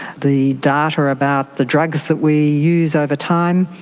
the data about the drugs that we use over time,